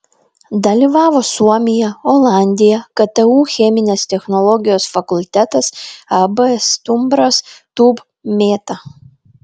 dalyvavo suomija olandija ktu cheminės technologijos fakultetas ab stumbras tūb mėta